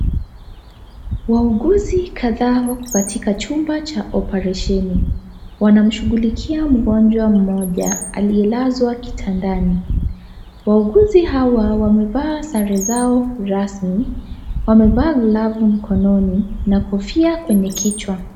Wauguzi kadhaa wako katika chumba cha operesheni. Wanamshughulikia mgonjwa mmoja aliyelazwa kitandani. Wauguzi hawa wamevaa sare zao rasmi, wamevaa glavu mkononi na kofia kwenye kichwa.